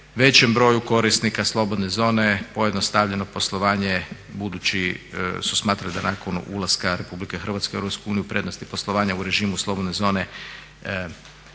većem broju korisnika slobodne zone pojednostavljeno poslovanje budući su smatrali da nakon ulaska Republike Hrvatske u Europsku uniju prednosti poslovanja u režimu slobodne zone